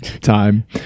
time